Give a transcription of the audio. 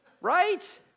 Right